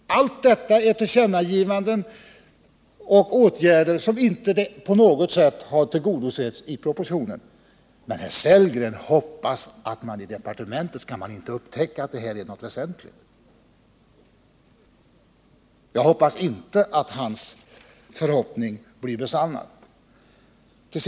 Allt detta är tillkännagivanden och åtgärder som inte på något sätt har tillgodosetts i propositionen. Men Rolf Sellgren hoppas att man i departementet inte skall upptäcka att detta är något väsentligt. Jag hoppas att hans förhoppning inte blir infriad.